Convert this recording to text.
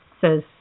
says